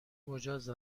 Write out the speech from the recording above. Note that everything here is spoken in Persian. مجاز